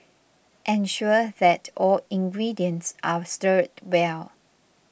ensure that all ingredients are stirred well